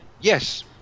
yes